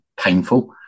painful